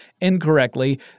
incorrectly